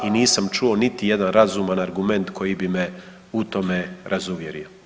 I nisam čuo niti jedan razuman argument koji bi me u tome razuvjerio.